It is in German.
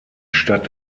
stadt